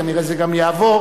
כנראה זה גם יעבור.